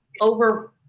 over